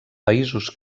països